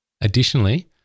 Additionally